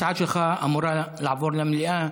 ההצעה שלך אמורה לעבור למליאה.